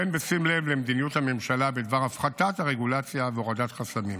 והן בשים לב למדיניות הממשלה בדבר הפחתת הרגולציה והורדת חסמים.